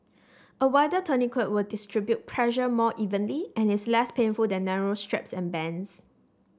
a wider tourniquet will distribute pressure more evenly and is less painful than narrow straps and bands